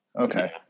Okay